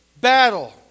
battle